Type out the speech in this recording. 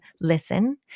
listen